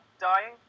dying